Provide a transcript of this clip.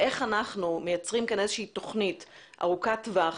איך אנחנו מייצרים כאן תוכנית ארוכת טווח